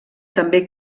també